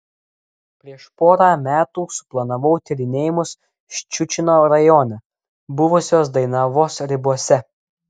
prieš porą metų suplanavau tyrinėjimus ščiučino rajone buvusios dainavos ribose